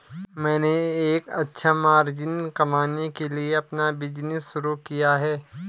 मैंने एक अच्छा मार्जिन कमाने के लिए अपना बिज़नेस शुरू किया है